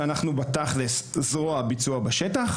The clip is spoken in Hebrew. שאנחנו בתכלס זרוע ביצוע בשטח,